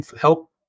help